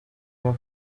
have